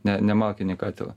ne ne malkinį katilą